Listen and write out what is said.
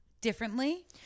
differently